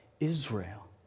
Israel